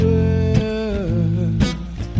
World